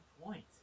point